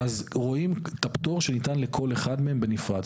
אז רואים את הפטור שניתן לכל אחד מהם בנפרד.